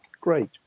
great